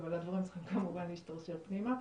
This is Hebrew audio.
אבל הדברים צריכים כמובן להשתרשר פנימה.